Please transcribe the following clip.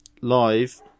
live